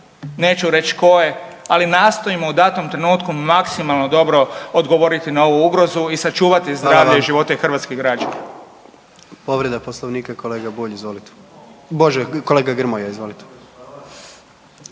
neću reći tko je, ali nastojimo u datom trenutku maksimalno dobro odgovoriti na ovu ugrozu i sačuvati zdravlje i živote hrvatskih građana. **Jandroković, Gordan (HDZ)** Hvala. Povreda Poslovnika, kolega Bulj, izvolite. Bože, kolega Grmoja, izvolite.